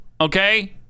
Okay